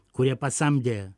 kurie pasamdė